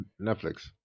netflix